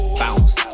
bounce